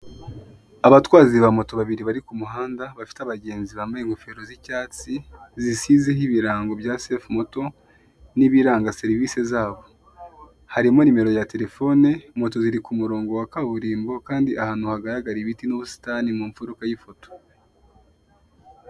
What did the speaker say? Abatwazi ba moto babiri bari ku muhanda bafite abagenzi bambaye ingofero z'icyatsi, zisize ho ibirango bwa sefu moto, n'ibiranga serivise zabo, harimo nimero ya telefone, moto ziri ku murongo wa kaburimbo kandi ahantu hagaragara ibiti n'ubusitani mu mfuruka y'ifoto.